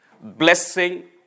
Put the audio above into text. Blessing